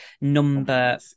number